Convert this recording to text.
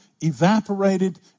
evaporated